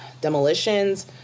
demolitions